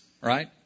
right